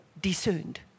discerned